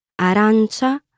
arancia